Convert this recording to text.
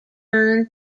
earn